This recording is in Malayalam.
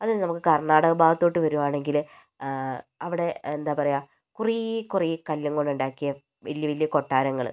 അത് നമുക്ക് കർണാടക ഭാഗത്തോട്ടു വരുവാണെങ്കില് അവിടെ എന്താ പറയുക കുറേ കുറേ കല്ലും കൊണ്ട് ഉണ്ടാക്കിയ വലിയ വലിയ കൊട്ടാരങ്ങള്